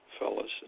Fellas